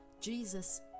jesus